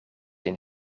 een